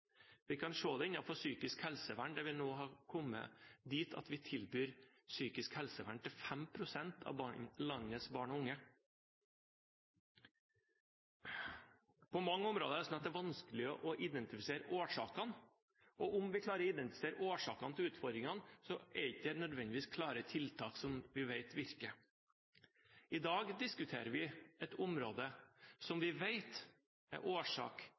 vi klarer å bemanne tjenestene. Vi kan se det innenfor psykisk helsevern, der vi nå har kommet dit at vi tilbyr psykisk helsevern til 5 pst. av landets barn og unge. På mange områder er det vanskelig å identifisere årsakene. Om vi klarer å identifisere årsakene til utfordringene, finnes det ikke nødvendigvis klare tiltak som vi vet virker. I dag diskuterer vi et område som vi vet er årsak